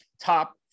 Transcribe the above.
top